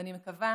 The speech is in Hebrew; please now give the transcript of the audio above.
ואני מקווה